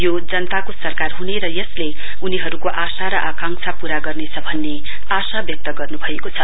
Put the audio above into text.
यो जनताको सरकार ह्ने र यसले उनीहरुको आशा र आकांक्षा पूरा गर्नेछ भन्ने आशा व्यक्त गर्न्भएको छ